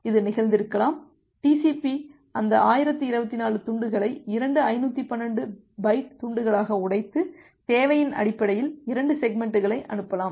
இது நிகழ்ந்திருக்கலாம் TCP அந்த 1024 துண்டுகளை இரண்டு 512 பைட் துண்டுகளாக உடைத்து தேவையின் அடிப்படையில் 2 செக்மெண்ட்களை அனுப்பலாம்